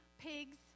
pigs